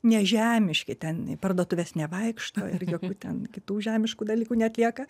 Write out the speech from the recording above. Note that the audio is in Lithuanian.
nežemiški ten į parduotuves nevaikšto ir jokių ten kitų žemiškų dalykų neatlieka